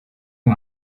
uyu